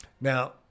Now